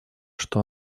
что